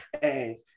hey